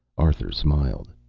arthur smiled.